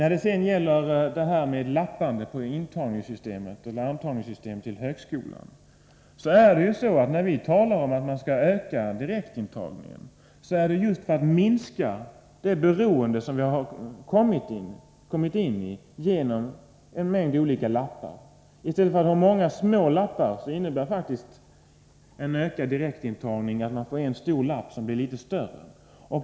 När det sedan gäller lappandet på systemet för antagning till högskolan vill jag framhålla att vi vill att man skall öka direktantagningarna just för att minska det beroende som man har kommit in i genom en mängd olika lappar. I stället för många små lappar innebär en ökad direktantagning att man får en lapp som blir större.